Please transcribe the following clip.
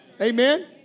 Amen